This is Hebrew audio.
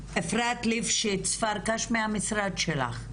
אפרת ליפשיץ פרקש מהמשרד שלך.